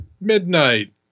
midnight